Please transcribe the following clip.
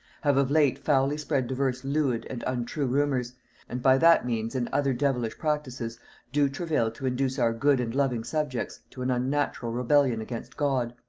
have of late foully spread divers lewd and untrue rumours and by that means and other devilish practises do travail to induce our good and loving subjects to an unnatural rebellion against god,